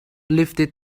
lifted